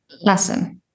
lesson